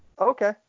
Okay